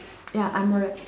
ya I'm alright